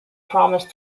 promised